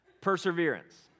perseverance